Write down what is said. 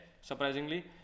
surprisingly